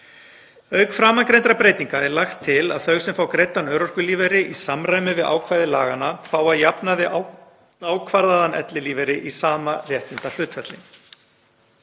Auk framangreindra breytinga er lagt til að þau sem fá greiddan örorkulífeyri í samræmi við ákvæði laganna fái að jafnaði ákvarðaðan ellilífeyri í sama réttindahlutfalli.